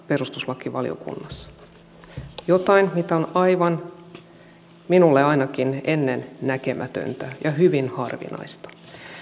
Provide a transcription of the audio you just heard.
perustuslakivaliokunnassa tämä on jotain mikä on minulle ainakin aivan ennennäkemätöntä ja hyvin harvinaista